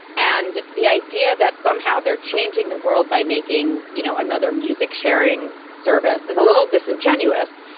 and the idea that somehow they are changing the world by making you know another music sharing service is a little disingenuous.